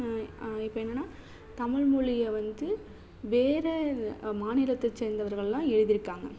இப்போ என்னென்னா தமிழ் மொழிய வந்து வேறு மாநிலத்தை சேர்ந்தவர்களெலாம் எழுதியிருக்காங்க